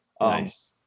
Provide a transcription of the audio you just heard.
Nice